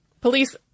Police